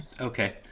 okay